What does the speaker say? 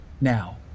now